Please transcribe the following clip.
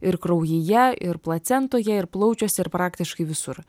ir kraujyje ir placentoje ir plaučiuose ir praktiškai visur